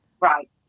Right